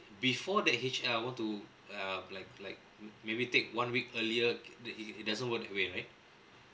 before the H_L I want to uh like like m~ maybe take one week earlier uh it doesn't work that way right